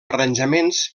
arranjaments